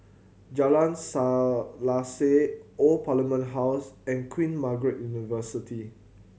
Jalan Selaseh Old Parliament House and Queen Margaret University